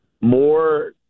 more